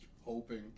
hoping